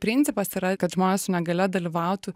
principas yra kad žmonės su negalia dalyvautų